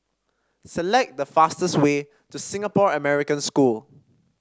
select the fastest way to Singapore American School